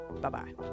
bye-bye